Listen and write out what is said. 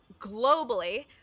globally